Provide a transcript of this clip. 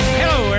Hello